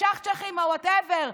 הצ'חצ'חים או whatever,